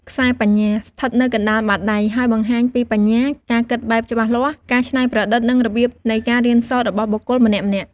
ខ្សែបញ្ញា ស្ថិតនៅកណ្តាលបាតដៃ ហើយបង្ហាញពីបញ្ញា ការគិតបែបច្បាស់លាស់ ការច្នៃប្រឌិត និងរបៀបនៃការរៀនសូត្ររបស់បុគ្គលម្នាក់ៗ។